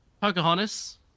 Pocahontas